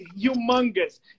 humongous